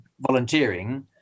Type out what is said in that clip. volunteering